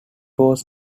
was